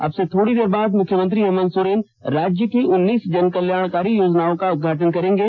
अब से थोड़ी देर बाद मुख्यमंत्री हेमंत सोरेन राज्य की उन्नीस जनकल्याणकारी योजनाओं का उदघाटन करेंगे